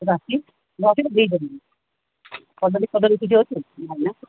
ଏଇଟା ଅଛି ନହେଲେ ହୋଇପାରିବ କଦଳୀ ଫଦଳୀ କିଛି ଅଛି ନାହିଁ ନା